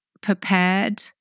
prepared